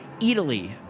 Italy